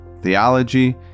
theology